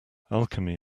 alchemy